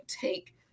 take